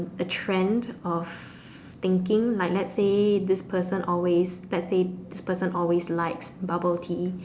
a trend of thinking like let's say this person always let's say this person always likes bubble tea